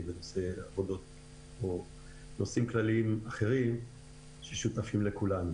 בנושאים שמשותפים לכולנו.